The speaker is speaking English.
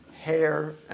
hair